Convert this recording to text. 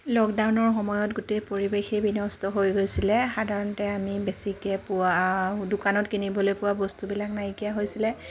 লকডাউনৰ সময়ত গোটেই পৰিৱেশেই বিনষ্ট হৈ গৈছিলে সাধাৰণতে আমি বেছিকৈ পোৱা দোকানত কিনিবলৈ পোৱা বস্তুবিলাক নাইকিয়া হৈছিলে